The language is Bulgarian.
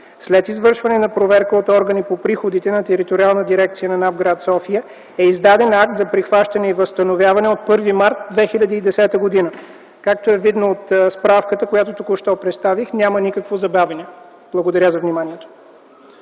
След извършване на проверка от органите по приходите на Териториална дирекция на НАП – град София, е издаден акт за прихващане и възстановяване от 1 март 2010 г. Както е видно от справката, която току-що представих, няма никакво забавяне. Благодаря за вниманието.